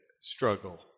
struggle